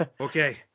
Okay